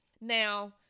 Now